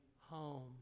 home